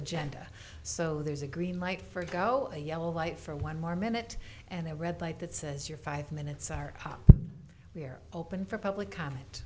agenda so there's a green light for go a yellow light for one more minute and a red light that says your five minutes we're open for public comment